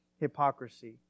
hypocrisy